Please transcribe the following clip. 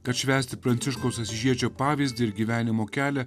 kad švęsti pranciškaus asyžiečio pavyzdį ir gyvenimo kelią